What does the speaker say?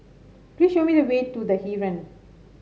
please show me the way to The Heeren